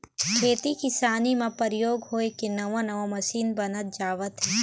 खेती किसानी म परयोग होय के नवा नवा मसीन बनत जावत हे